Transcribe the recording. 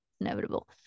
inevitable